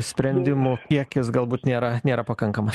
sprendimų į akis galbūt nėra nėra pakankamas